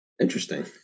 Interesting